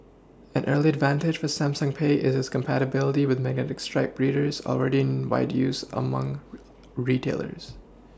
an early advantage for Samsung pay is its compatibility with magnetic stripe readers already in wide use among retailers